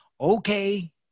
Okay